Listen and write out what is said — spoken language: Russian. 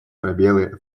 пробелы